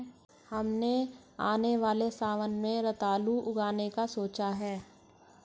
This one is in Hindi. हमने आने वाले सावन में रतालू उगाने का सोचा है